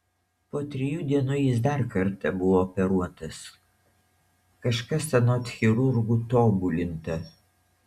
po trijų dienų jis dar kartą buvo operuotas kažkas anot chirurgų tobulinta